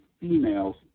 females